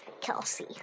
Kelsey